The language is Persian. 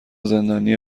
زندانی